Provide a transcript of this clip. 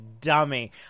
dummy